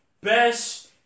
Best